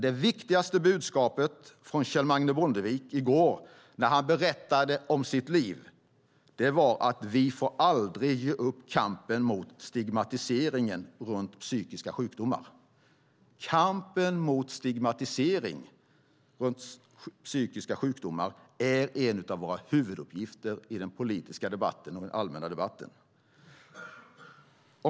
Det viktigaste budskapet från Kjell Magne Bondevik i går när han berättade om sitt liv var att aldrig ge upp kampen mot stigmatiseringen av psykiska sjukdomar. Kampen mot stigmatisering av psykiska sjukdomar är en av våra huvuduppgifter i den politiska och allmänna debatten.